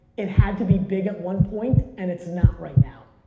it had to be big at one point and it's not right now.